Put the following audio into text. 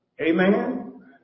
Amen